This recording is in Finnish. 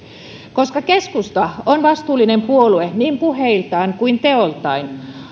koska keskusta on vastuullinen puolue niin puheiltaan kuin teoiltaan